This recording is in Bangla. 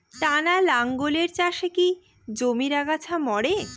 টানা লাঙ্গলের চাষে কি জমির আগাছা মরে?